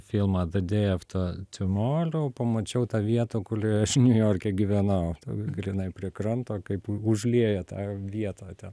filmą the day after tomorrow pamačiau tą vietą kulioje aš niujorke gyvenau grynai prie kranto kaip užlieja tą vietą ten